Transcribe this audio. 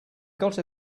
got